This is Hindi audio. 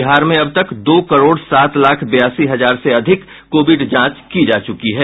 बिहार में अब तक दो करोड़ सात लाख बयासी हजार से अधिक कोविड जांच की जा चुकी है